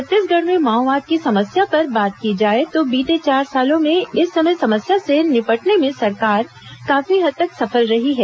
छत्तीसगढ में माओवाद की समस्या पर बात की जाए तो बीते चार सालों में इस समस्या से निपटने में सरकार काफी हद कर सफल रही है